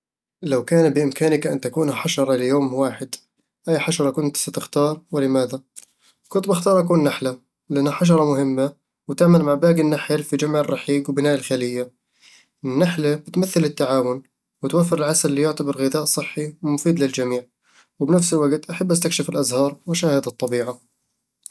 لو كان بإمكانك أن تكون حشرة ليوم واحد، أي حشرة كنت ستختار ولماذا؟ كنت بأختار أكون نحلة، لأنها حشرة مهمة وتعمل مع باقي النحل في جمع الرحيق وبناء الخلية النحلة بتمثل التعاون، وتوفر العسل اللي يُعتبر غذاء صحي ومفيد للجميع وبنفس للوقت أحب أستكشف الأزهار وأشاهد الطبيعة